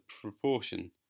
proportion